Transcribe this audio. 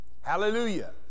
hallelujah